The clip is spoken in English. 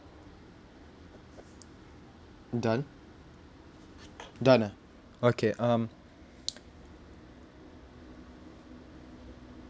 done done ah okay um